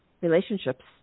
relationships